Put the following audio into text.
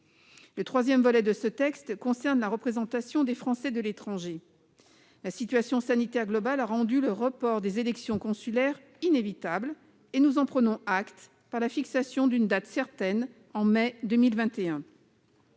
Le troisième volet de ce texte concerne la représentation des Français de l'étranger. La situation sanitaire globale a rendu le report des élections consulaires inévitable, et nous en prenons acte par la fixation d'une date certaine en mai 2021.